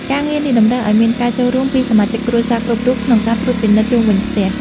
ការងារនេះតម្រូវឱ្យមានការចូលរួមពីសមាជិកគ្រួសារគ្រប់រូបក្នុងការត្រួតពិនិត្យជុំវិញផ្ទះ។